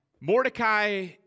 Mordecai